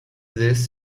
this